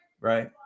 right